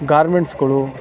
ಗಾರ್ಮೆಂಟ್ಸ್ಗಳು